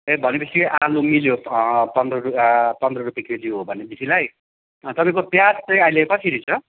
ए भनेपछि आलु मिल्यो पन्ध्र पन्ध्र रुपियाँ केजी हो भनेदेखिलाई तपाईँको प्याज चाहिँ अहिले कसरी छ